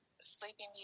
Sleeping